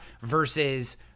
versus